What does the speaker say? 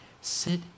sit